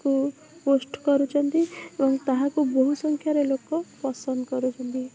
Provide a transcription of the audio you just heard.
କୁ ପୋଷ୍ଟ କରୁଛନ୍ତି ଏବଂ ତାହାକୁ ବହୁ ସଂଖ୍ୟାରେ ଲୋକ ପସନ୍ଦ କରୁଛନ୍ତି